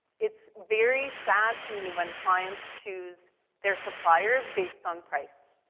it's very sad to me when clients choose their suppliers based on price.